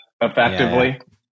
effectively